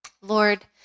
Lord